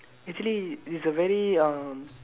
actually it's a very uh